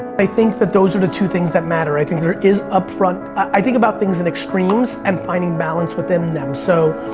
i think that those are the two things that matter. i think there is upfront, i think about things in extremes and finding balance within them. so,